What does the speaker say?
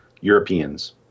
Europeans